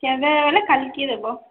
କେଭେ ବେଲେ କାଲ୍କେ ଦେବ